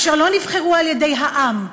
אשר לא נבחרו על-ידי העם,